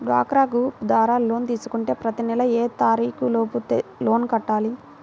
డ్వాక్రా గ్రూప్ ద్వారా లోన్ తీసుకుంటే ప్రతి నెల ఏ తారీకు లోపు లోన్ కట్టాలి?